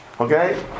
Okay